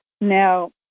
Now